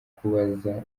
kubaza